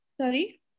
Sorry